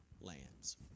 lands